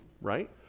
right